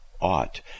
ought